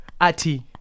Ati